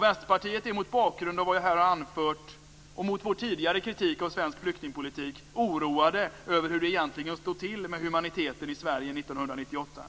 Vänsterpartiet är, mot bakgrund av vad jag har anfört i dag och vår tidigare kritik av svensk flyktingpolitik, oroade över hur det egentligen står till med humaniteten i Sverige 1998.